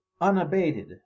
unabated